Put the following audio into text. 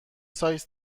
سایز